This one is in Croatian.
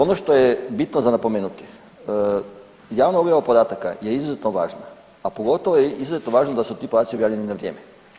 Ono što je bitno za napomenuti, javna objava podataka je izuzetno važna, a pogotovo je izuzetno važno da su tu podaci objavljeni na vrijeme.